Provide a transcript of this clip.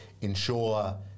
ensure